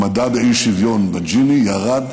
בינתיים, אדוני ראש